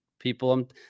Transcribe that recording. People